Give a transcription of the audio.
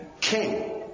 king